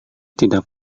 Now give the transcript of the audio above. tidak